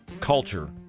culture